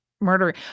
murdering